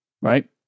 right